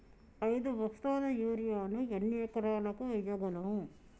ఐదు బస్తాల యూరియా ను ఎన్ని ఎకరాలకు వేయగలము?